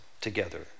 together